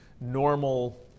normal